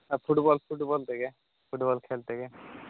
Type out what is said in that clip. football football ᱛᱮᱜᱮ football ᱠᱷᱮᱞ ᱛᱮᱜᱮ